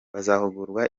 bazahugurwa